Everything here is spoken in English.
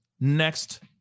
next